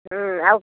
ଆଉ